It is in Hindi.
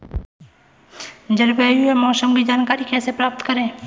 जलवायु या मौसम की जानकारी कैसे प्राप्त करें?